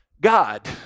God